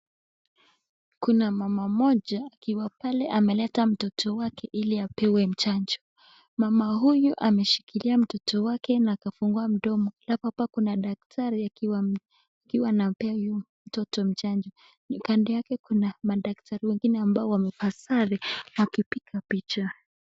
Kuna mama moja akiwa pale ameleta mtoto wake ili apewe chanjo. Mama huyu ameshikilia mtoto wake na akafungua mdomo halafu hapa kuna daktari akiwa anapea huyo mtoto chanjo. Kando yake kuna madakatari wengine ambao wamevaa sare wakipiga picha.